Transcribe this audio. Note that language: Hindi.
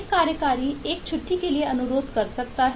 एक कार्यकारी एक छुट्टी के लिए अनुरोध कर सकता हैं